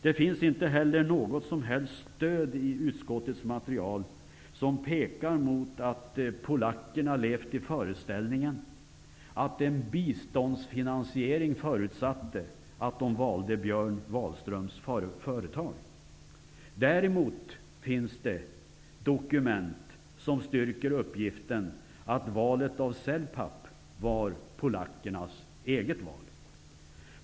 Det finns inte heller något som helst stöd i utskottets material som pekar mot att polackerna levt i föreställningen att en biståndsfinansiering förutsatte att de valde Björn Wahlströms företag. Däremot finns det dokument som styrker uppgiften att valet av NLK-Celpap var polackernas eget val.